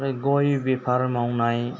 गय बेफार मावनाय